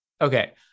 Okay